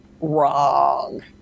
wrong